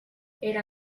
era